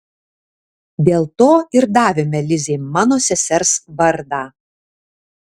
dėl to ir davėme lizei mano sesers vardą